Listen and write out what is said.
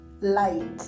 light